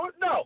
No